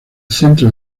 centro